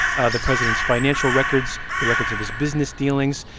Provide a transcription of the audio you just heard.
ah the president's financial records, the records of his business dealings,